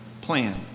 plan